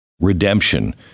Redemption